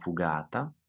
Fugata